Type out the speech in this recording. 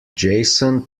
jason